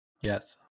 Yes